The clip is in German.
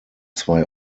zwei